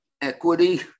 equity